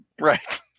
right